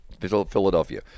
Philadelphia